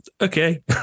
okay